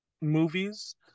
movies